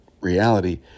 reality